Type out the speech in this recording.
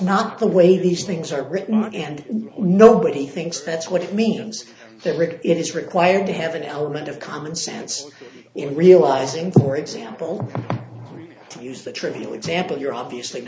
not the way these things are written and nobody thinks that's what it means that rick it's required to have an element of common sense in realizing for example to use the trivial example you're obviously